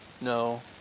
No